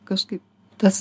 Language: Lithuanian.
kažkaip tas